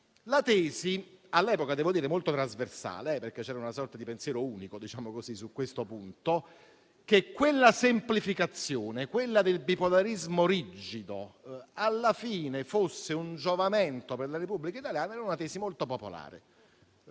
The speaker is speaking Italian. La tesi, all'epoca - devo dire - molto trasversale (c'era una sorta di pensiero unico su questo punto), che la semplificazione del bipolarismo rigido, alla fine, fosse di giovamento per la Repubblica italiana era molto popolare.